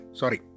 sorry